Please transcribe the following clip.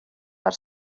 per